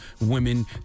women